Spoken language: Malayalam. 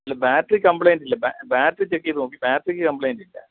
ഇല്ല ബാറ്ററി കമ്പ്ലെയിൻറ്റ് ഇല്ല ബാറ്ററി ചെക്ക് ചെയ്ത് നോക്കി ബാറ്ററിക്ക് കമ്പ്ലെയിൻറ്റ് ഇല്ല